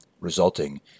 resulting